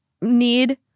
need